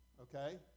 okay